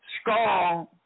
strong